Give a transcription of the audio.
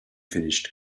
finished